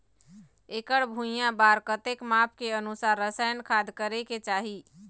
एकड़ भुइयां बार कतेक माप के अनुसार रसायन खाद करें के चाही?